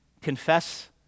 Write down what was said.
confess